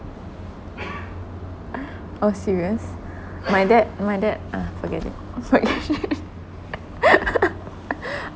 oh serious my dad my dad uh forget it forget it